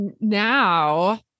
now